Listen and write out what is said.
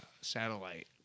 satellite